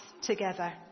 together